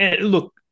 look